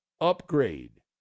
upgrade